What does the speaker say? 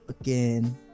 Again